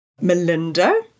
Melinda